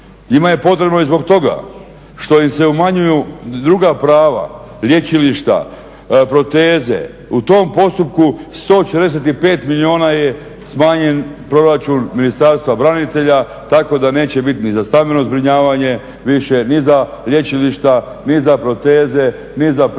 Njima je potrebno i zbog toga što im se umanjuju druga prava, lječilišta, proteze. U tom postupku 145 milijuna je smanjen proračun Ministarstva branitelja tako da neće bit ni za stambeno zbrinjavanje više, ni za lječilišta, ni za proteze, ni za prijevoz,